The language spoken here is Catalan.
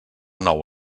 nou